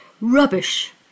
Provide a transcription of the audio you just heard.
rubbish